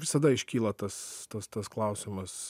visada iškyla tas tas klausimas